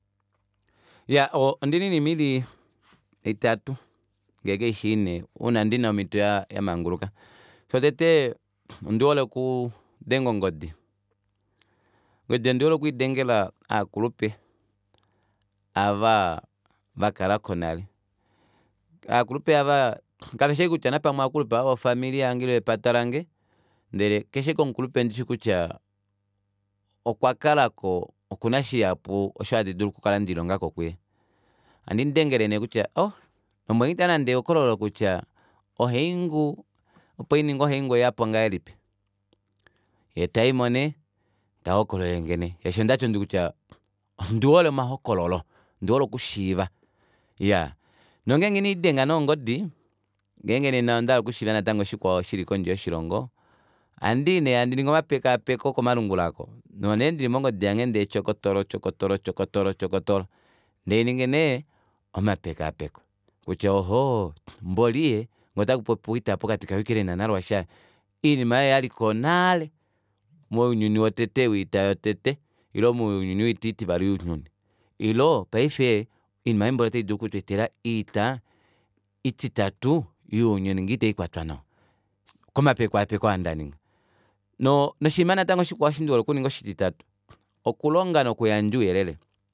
Iya oo ondina oinima ili itatu ndee kaishi inhe ouna ndina omito yamanguluka shotete ondihole okudenga ongodi ongodi ondihole okwiidengela ovakulupe ava valapo nale aakulupe aava kaveshi ashike kutya aakulupe ava vofamily yange ile vepata lange ndele keshe ashiki omukulupe ndishi kutya okwakalapo okuna shihapu osho handi dulu okukala ndelilongako kuye ohandi mudengele kutya ohh lombwelenge utale nande ehokololo kutya ohaingu opo ininge ohaingu oyeyapo ngahelipi yeetaimo nee tahokololelenge nee shaashi ngaho onduudite kutya ondihole omahokololo ondihole okushiiva iyaa nongenge nee inandi denga ongodi ngenge nena ondahala okushiiva natango shikwao shili kondje yoshilongo ohandii nee handi ningi omapekaapeko komalungula aako omo neendili mongodi yange ndee tyokotolo tyokotolo tyokotolo tyokotolo ndeehandi ningi nee omapekaapeko utya ohoo mboli ee ngee otakupopiwa oita pokati ka ukraine na russia oinima ei oyaliko nale mounyuni wotete woita yotete ile mounyuni woita oitivali younyuni ile paife oinima ei mboli ota idulu oku tweetela oita oititatu younyuni ngee ita ikwatwa nawa komapekaapeko aandaninga noshiima shikwao natango osho ndihole okulonga oshititatu okuyandja ouyelele